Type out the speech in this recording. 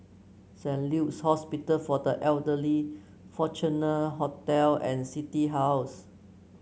Saint Luke's Hospital for the Elderly Fortuna Hotel and City House